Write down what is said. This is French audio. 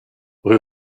rue